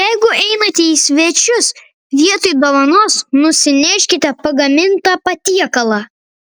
jeigu einate į svečius vietoj dovanos nusineškite pagamintą patiekalą